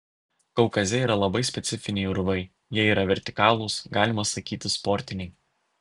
kaukaze yra labai specifiniai urvai jie yra vertikalūs galima sakyti sportiniai